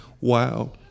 wow